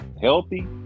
healthy